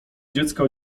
dziecka